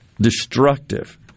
destructive